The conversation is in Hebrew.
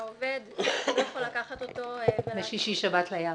העובד לא יכול לקחת אותו --- לשישי שבת לים.